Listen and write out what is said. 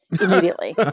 immediately